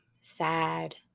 sad